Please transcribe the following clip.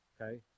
Okay